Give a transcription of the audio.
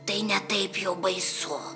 tai ne taip jau baisu